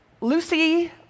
Lucy